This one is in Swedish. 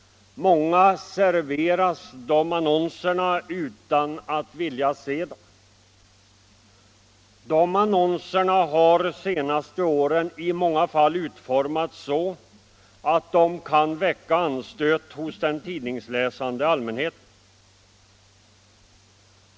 Många serveras dessa annonser utan att vilja se dem. Annonserna har senaste åren i många fall utformats så att de kan väcka anstöt hos den tidningsläsande allmänheten.